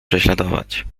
prześladować